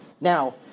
Now